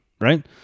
right